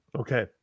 Okay